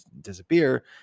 disappear